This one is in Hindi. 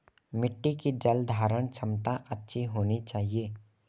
मिट्टी की जलधारण क्षमता अच्छी होनी चाहिए